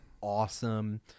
awesome